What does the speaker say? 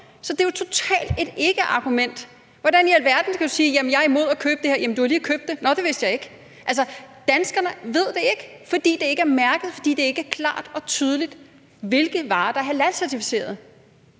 så det er jo et totalt ikkeargument. Hvordan i alverden kan man sige, at man er imod at købe en vare, hvis man har lige købt den uden at vide det her? Altså, danskerne ved det ikke, fordi det ikke er mærket, fordi det ikke er klart og tydeligt, hvilke varer der er halalcertificerede.